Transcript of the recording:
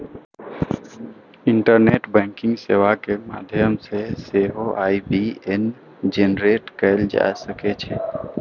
internet banking सेवा के माध्यम सं सेहो आई.बी.ए.एन जेनरेट कैल जा सकै छै